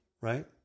right